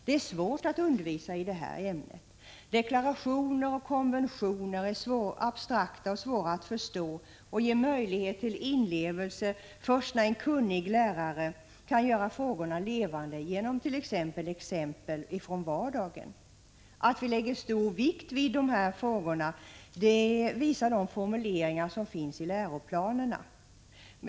Det är svårt att undervisa i detta ämne. Deklarationer och konventioner är abstrakta och svåra att förstå och ger möjlighet till inlevelse först när en kunnig lärare kan göra frågorna levande, bl.a. genom exempel från vardagen. Att vi lägger stor vikt vid dessa frågor visar de formuleringar som finns i läroplanerna.